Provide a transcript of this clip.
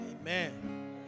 amen